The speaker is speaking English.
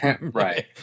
right